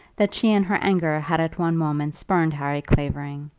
that she, in her anger, had at one moment spurned harry clavering,